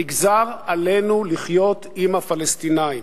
נגזר עלינו לחיות עם הפלסטינים.